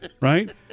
right